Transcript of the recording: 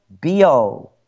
B-O